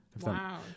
Wow